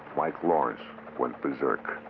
mike lawrence went berserk.